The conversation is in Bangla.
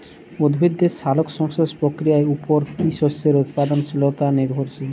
উদ্ভিদের সালোক সংশ্লেষ প্রক্রিয়ার উপর কী শস্যের উৎপাদনশীলতা নির্ভরশীল?